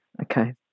Okay